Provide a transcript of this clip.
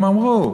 הם אמרו: